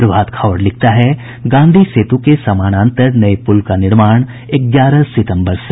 प्रभात खबर लिखता है गांधी सेतु के समानांतर नये पुल का निर्माण ग्यारह सितंबर से